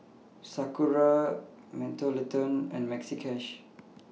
Sakura Mentholatum and Maxi Cash